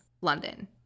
London